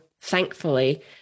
thankfully